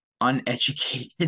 uneducated